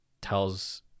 tells